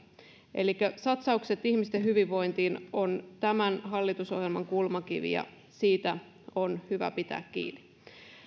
elikkä satsaukset ihmisten hyvinvointiin ovat tämän hallitusohjelman kulmakiviä siitä on hyvä pitää kiinni